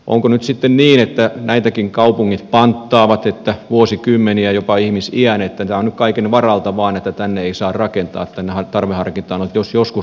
onko nyt sitten niin että näitäkin kaupungit panttaavat vuosikymmeniä jopa ihmisiän että tämä on nyt kaiken varalta vain että tänne ei saa rakentaa tänne tarveharkinta alueelle että jos joskus rakennettaisiin